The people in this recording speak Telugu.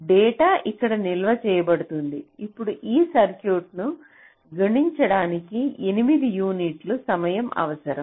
డేటా ఇక్కడ నిల్వ చేయబడుతుంది ఇప్పుడు ఈ సర్క్యూట్కు గణించడానికి 8 యూనిట్ల సమయం అవసరం